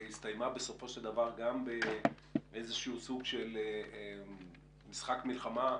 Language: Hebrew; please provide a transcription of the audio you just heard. והסתיימה בסופו של דבר גם באיזשהו סוג של משחק מלחמה,